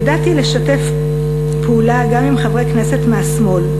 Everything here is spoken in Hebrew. ידעתי לשתף פעולה גם עם חברי כנסת מהשמאל,